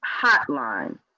hotline